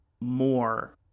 more